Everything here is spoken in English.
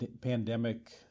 pandemic